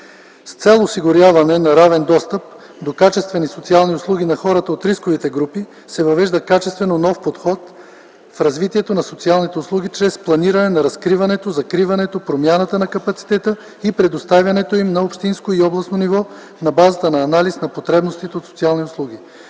С цел осигуряване на равен достъп до качествени социални услуги на хората от рисковите групи се въвежда качествено нов подход в развитието на социалните услуги чрез планиране на разкриването, закриването, промяната на капацитета и предоставянето им на общинско и областно ниво на базата на анализ на потребностите от социални услуги.